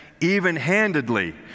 even-handedly